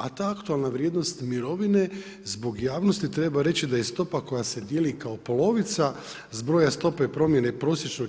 A ta aktualna vrijednost mirovine zbog javnosti treba reći da je stopa koja se dijeli kao polovica zbroja stope promjene prosječnog